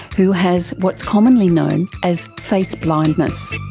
who has what's commonly known as face blindness.